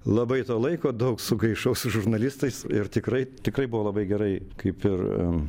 labai to laiko daug sugaišau su žurnalistais ir tikrai tikrai buvo labai gerai kaip ir